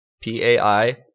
P-A-I